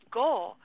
goal